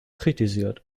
kritisiert